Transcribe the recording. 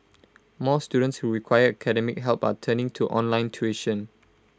more students who require academic help are turning to online tuition